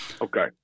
Okay